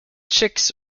chicks